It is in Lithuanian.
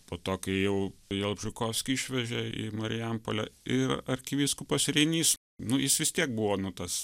po to kai jau jalbžykovskį išvežė į marijampolę ir arkivyskupas reinys nu jis vis tiek buvo nu tas